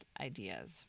ideas